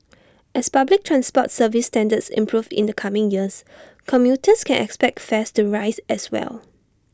as public transport service standards improve in the coming years commuters can expect fares to rise as well